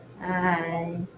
Hi